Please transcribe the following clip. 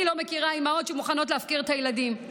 אני לא מכירה אימהות שמוכנות להפקיר את הילדים.